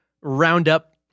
roundup